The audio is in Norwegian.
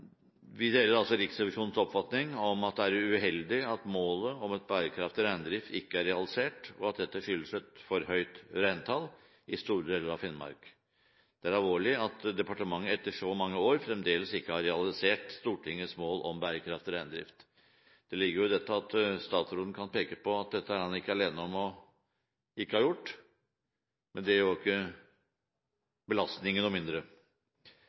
Vi deler altså Riksrevisjonens oppfatning om at det er uheldig at målet om en bærekraftig reindrift ikke er realisert, og at dette skyldes et for høyt reintall i store deler av Finnmark. Det er alvorlig at departementet etter så mange år fremdeles ikke har realisert Stortingets mål om bærekraftig reindrift. Det ligger jo i dette at statsråden kan peke på at han ikke er alene om ikke å ha gjort dette, men det gjør jo ikke belastningen noe mindre.